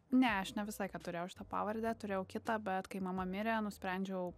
ne aš ne visą laiką turėjau šitą pavardę turėjau kitą bet kai mama mirė nusprendžiau